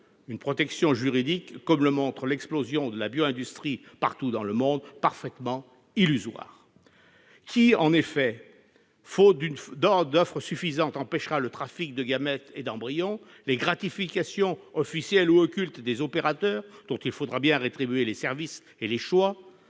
parfaitement illusoire, comme le montre l'explosion de la bio-industrie partout dans le monde. Qui, en effet, faute d'offre suffisante, empêchera le trafic de gamètes et d'embryons et les gratifications, officielles ou occultes, des opérateurs, dont il faudra bien rétribuer les services et les choix